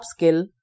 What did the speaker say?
upskill